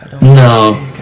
No